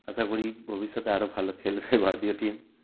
আশা করি ভবিষ্যতে আরও ভালো খেলবে ভারতীয় টিম